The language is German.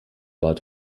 bad